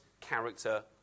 character